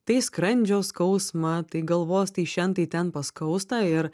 tai skrandžio skausmą tai galvos tai šen tai ten paskausta ir